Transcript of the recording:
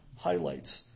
Highlights